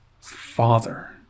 father